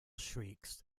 shrieks